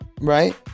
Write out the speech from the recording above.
Right